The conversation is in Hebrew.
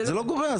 זה לא גורע.